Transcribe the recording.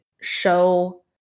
show